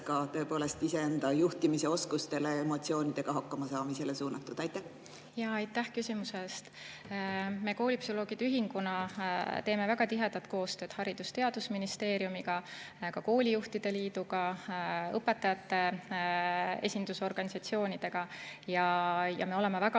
ka tõepoolest iseenda juhtimise oskustele ja emotsioonidega hakkamasaamisele suunatud. Aitäh küsimuse eest! Me koolipsühholoogide ühinguna teeme väga tihedat koostööd Haridus‑ ja Teadusministeeriumiga, ka koolijuhtide liiduga, õpetajate esindusorganisatsioonidega ja me oleme väga